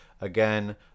Again